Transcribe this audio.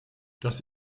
das